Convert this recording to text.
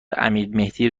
امیرمهدی